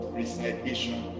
recitation